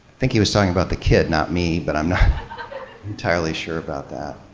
think he was talking about the kid, not me, but i'm not entirely sure about that.